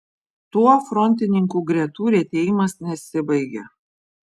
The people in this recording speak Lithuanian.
tuo frontininkų gretų retėjimas nesibaigia